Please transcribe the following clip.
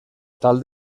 tal